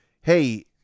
Hey